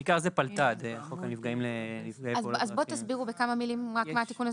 זה בעיקר פלת"ד חוק הפיצויים לנפגעי תאונות דרכים.